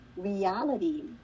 Reality